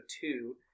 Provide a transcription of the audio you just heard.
two